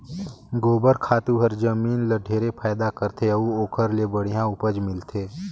गोबर खातू हर जमीन ल ढेरे फायदा करथे अउ ओखर ले बड़िहा उपज मिलथे